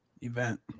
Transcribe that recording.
event